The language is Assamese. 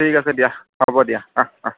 ঠিক আছে দিয়া হ'ব দিয়া অহ অহ